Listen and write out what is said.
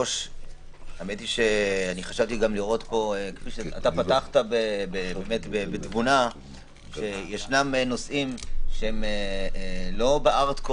אתה פתחת בתבונה ואכן יש נושאים שהם לא ב-הארד קור